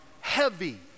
heavy